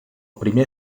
primer